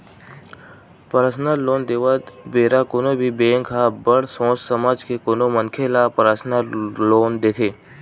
personal loan देवत बेरा कोनो भी बेंक ह बड़ सोच समझ के कोनो मनखे ल परसनल लोन देथे